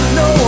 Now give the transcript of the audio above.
no